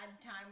time